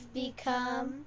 become